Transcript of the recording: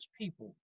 people